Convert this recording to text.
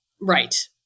right